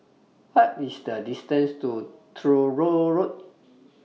What IS The distance to Truro Road